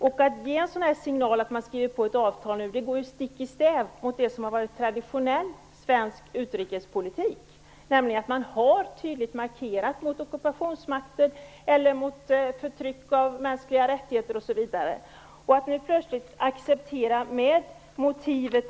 Den signal man ger genom att nu skriva på ett sådant här avtal går ju stick i stäv mot det som har varit traditionell svensk utrikespolitik, nämligen att tydligt markera mot ockupationsmakter eller mot förtryck av mänskliga rättigheter.